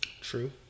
True